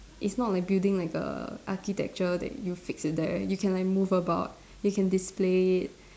it's not like building like a architecture that you fix it there you can like move about you can display it